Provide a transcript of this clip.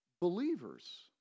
believers